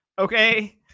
okay